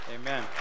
Amen